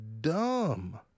dumb